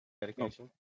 dedication